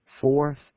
Fourth